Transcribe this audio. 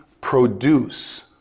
produce